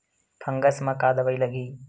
Fungus म का दवाई लगी?